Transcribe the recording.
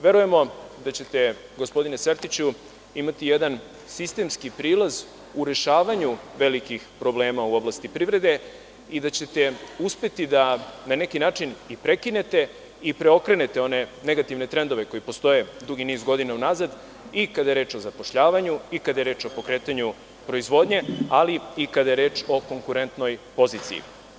Verujemo da ćete, gospodine Sertiću, imati jedan sistemski prilaz u rešavanju velikih problema u oblasti privrede i da ćete uspeti, na neki način, da prekinete i preokrenete one negativne trendove koji postoje dugi niz godina unazad i kada je reč o zapošljavanju i kada je reč o pokretanju proizvodnje, ali i kada je reč o konkurentnoj poziciji.